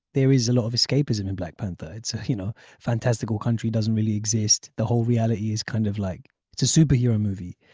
there is a lot of escapism in black panther. it's a you know fantastical country doesn't really exist the whole reality is kind of like it's a superhero movie.